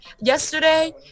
yesterday